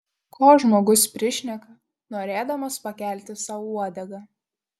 ko žmogus prišneka norėdamas pakelti sau uodegą